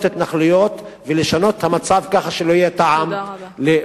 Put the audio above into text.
התנחלויות ולשנות את המצב כך שלא יהיה טעם למשא-ומתן,